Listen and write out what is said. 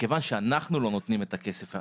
מכיוון שאנחנו לא נותנים את הכסף,